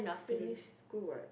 release school what